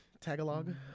Tagalog